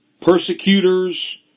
persecutors